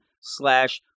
slash